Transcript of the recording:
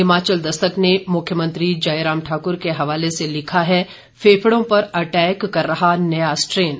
हिमाचल दस्तक ने मुख्यमंत्री जयराम ठाकुर के हवाले से लिखा है फेफड़ों पर अटैक कर रहा नया स्ट्रेन